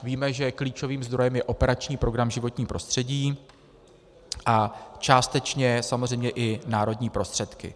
Víme, že klíčovým zdrojem je operační program Životní prostředí a částečně samozřejmě i národní prostředky.